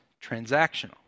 transactional